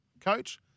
coach